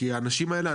כי האנשים האלה,